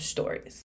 Stories